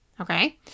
Okay